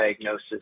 diagnosis